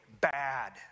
bad